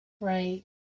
Right